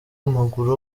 w’amaguru